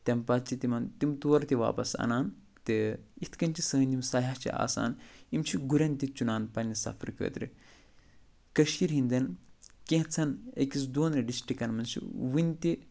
تٔمۍ پتہٕ چھِ تِمَن تِم تورٕ تہِ واپَس اَنان تہٕ اِتھٕ کَنہِ چھِ سٲنۍ یِم سیاح چھِ آسان یِم چھِ گُریٚن تہِ چُنان پَنٛنہِ سفرٕ خٲطرٕ کٔشیٖرِ ۂنٛدیٚن کیٚنژھَن أکِس دۄن ڈِسٹرکَن منٛز چھِ ؤنۍ تہِ